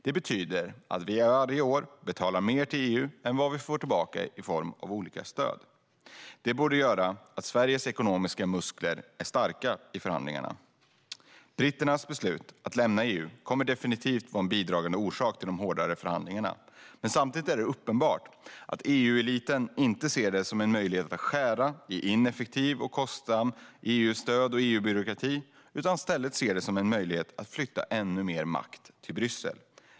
Det betyder att vi varje år betalar mer till EU än vad vi får tillbaka i form av olika stöd. Detta borde göra att Sveriges ekonomiska muskler är starka i förhandlingarna. Britternas beslut att lämna EU kommer definitivt att vara en bidragande orsak till de hårdare förhandlingarna. Samtidigt är det uppenbart att EU-eliten inte ser det som en möjlighet att skära i ineffektiva och kostsamma EU-stöd och byråkrati utan i stället ser det som en möjlighet att flytta ännu mer makt till Bryssel.